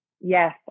Yes